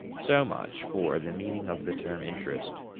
so much for the meaning of the term interest.